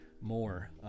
more